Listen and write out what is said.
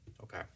Okay